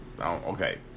Okay